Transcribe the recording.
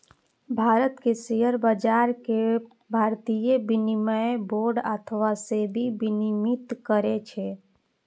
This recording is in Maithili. भारत मे शेयर बाजार कें भारतीय विनिमय बोर्ड अथवा सेबी विनियमित करै छै